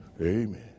Amen